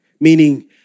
meaning